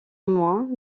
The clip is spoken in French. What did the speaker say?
moins